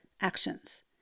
actions